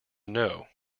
know